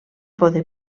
poder